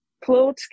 clothes